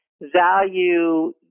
value